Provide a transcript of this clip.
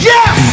Yes